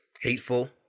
hateful